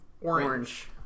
Orange